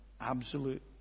absolute